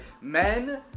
Men